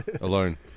alone